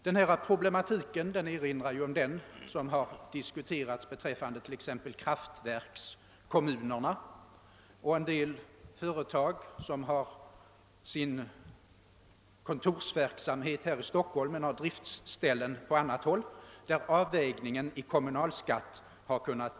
Denna problematik erinrar om den som diskuterats beträffande kraftverkskommunerna och en del företag som har sina kontor här i Stockholm men driftställena på annat håll. I sådana fall har också avvägningen av kommunalskatten debatterats.